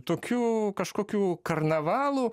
tokių kažkokių karnavalų